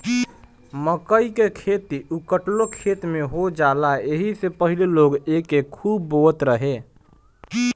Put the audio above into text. मकई कअ खेती उखठलो खेत में हो जाला एही से पहिले लोग एके खूब बोअत रहे